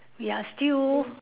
we are still